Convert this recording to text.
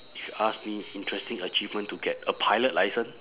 if you ask me interesting achievement to get a pilot licence